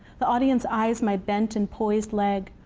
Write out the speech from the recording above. the audience eyes my bent and poised leg,